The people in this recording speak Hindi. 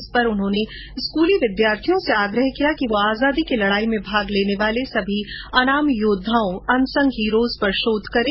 इस पर उन्होंने स्कूली विद्यार्थियों से आग्रह किया कि वो आजादी की लड़ाई में भाग लेने वाले सभी अनाम योद्वाओं अनसंग हीरोज पर शोध करें